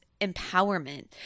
empowerment